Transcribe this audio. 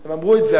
הם אמרו את זה,